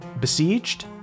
besieged